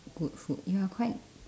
good food ya quite